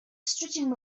stretching